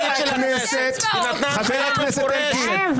הכנסת נתנה הנחיה מפורשת --- חבר הכנסת אלקין,